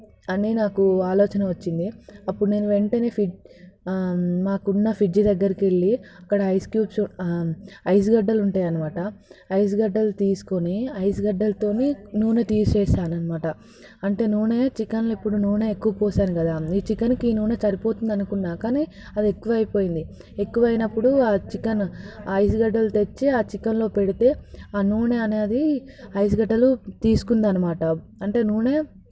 అని నాకు ఆలోచన వచ్చింది అప్పుడు నేను వెంటనే మాకు ఉన్న ఫ్రిడ్జ్ దగ్గరికి వెళ్ళి అక్కడ ఐస్ క్యూబ్స్ ఐస్ గడ్డలు ఉంటాయన్నమాట ఐస్ గడ్డలు తీసుకొని ఐస్ గడ్డలతో నూనె తీసేస్తానన్నమాట అంటే నూనె చికెన్లో ఇప్పుడు నూనె ఎక్కువ పోసాను కదా ఈ చికెన్కి ఈ నూనె సరిపోతుంది అనుకున్న కానీ అది ఎక్కువైపోతుంది ఎక్కువ అయినపుడు ఆ చికెన్ ఆ ఐస్ గడ్డలు తెచ్చి ఆ చికెన్లో పెడితే ఆ నూనె అనేది ఐస్ గడ్డలు తీసుకుంటుంది అన్నమాట అంటే నూనె